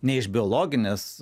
ne iš biologinės